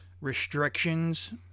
restrictions